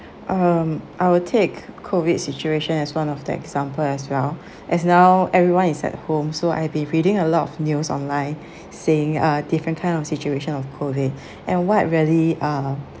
um I will take COVID situation as one of the example as well as now everyone is at home so I been reading a lot of news online saying uh different kind of situation of COVID and what really ah